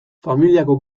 familiako